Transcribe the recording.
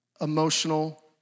emotional